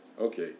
Okay